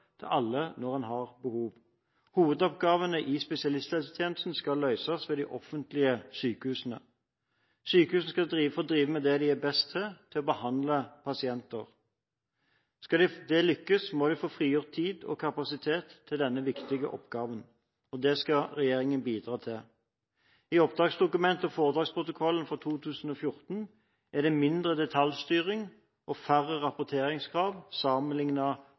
til alle når de har behov. Hovedoppgavene i spesialisthelsetjenesten skal løses ved de offentlige sykehusene. Sykehusene skal få drive med det de er best til – å behandle pasienter. Skal de lykkes, må de få frigjort tid og kapasitet til denne viktige oppgaven. Det skal regjeringen bidra til. I oppdragsdokumentene og foretaksprotokollene for 2014 er det mindre detaljstyring og færre rapporteringskrav